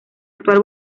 actual